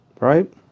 right